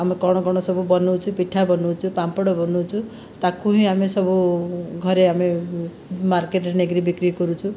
ଆମେ କଣ କଣ ସବୁ ବନଉଛୁ ପିଠା ବନଉଛୁ ପାମ୍ପଡ଼ ବନଉଛୁ ତାକୁ ହିଁ ଆମେ ସବୁ ଘରେ ଆମେ ମାର୍କେଟରେ ନେଇକରି ବିକ୍ରି କରୁଛୁ